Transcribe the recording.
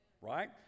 right